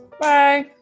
Bye